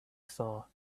star